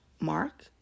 mark